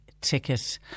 ticket